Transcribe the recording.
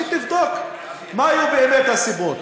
והיא תבדוק מה היו באמת הסיבות.